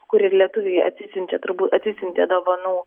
kur ir lietuviai atsisiunčia turbūt atsisiuntė dovanų